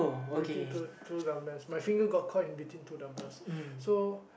between two two dumbbells my finger got caught in between two dumbbells so